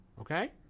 okay